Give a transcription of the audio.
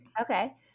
Okay